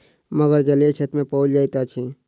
मगर जलीय क्षेत्र में पाओल जाइत अछि